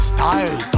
Style